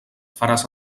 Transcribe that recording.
faràs